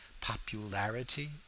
popularity